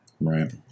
right